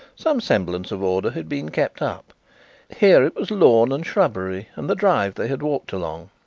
some semblance of order had been kept up here it was lawn and shrubbery, and the drive they had walked along.